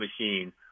machine